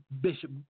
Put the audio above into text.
Bishop